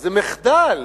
זה מחדל.